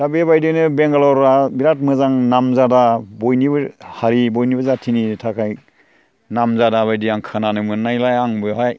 दा बेबायदिनो बेंगालराव आरो बिराद मोजां नामजादा बयनिबो हारि बयनिबो जाथिनि थाखाय नामजादा बायदि आं खोनानो मोननायलाय आं बेवहाय